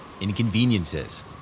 inconveniences